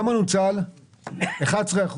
רק 11%